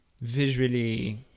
visually